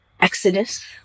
Exodus